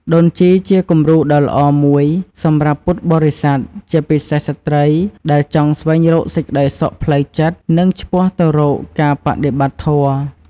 ដូនជីជាគំរូដ៏ល្អមួយសម្រាប់ពុទ្ធបរិស័ទ ជាពិសេសស្ត្រី ដែលចង់ស្វែងរកសេចក្តីសុខផ្លូវចិត្ត និងឆ្ពោះទៅរកការបដិបត្តិធម៌។